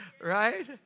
right